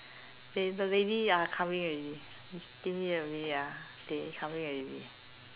eh is the lady ya coming already give me a minute ah they coming already